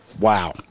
wow